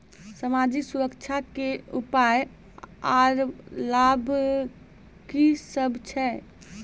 समाजिक सुरक्षा के उपाय आर लाभ की सभ छै?